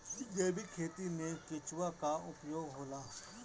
जैविक खेती मे केचुआ का उपयोग होला?